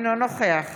אינו נוכח